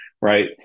right